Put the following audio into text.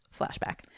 flashback